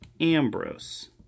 Ambrose